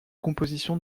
composition